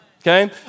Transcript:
okay